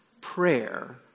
prayer